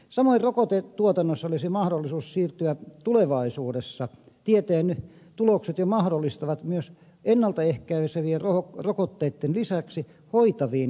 samoin rokotetuotannossa olisi mahdollisuus siirtyä tulevaisuudessa tieteen tulokset jo mahdollistavat myös ennalta ehkäisevien rokotteitten lisäksi hoitaviin rokotteisiin